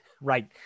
right